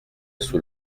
sous